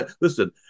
Listen